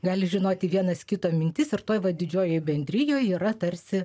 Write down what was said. gali žinoti vienas kito mintis ir toj vat didžiojoj bendrijoj yra tarsi